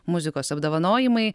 muzikos apdovanojimai